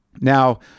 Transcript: Now